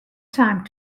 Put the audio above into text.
time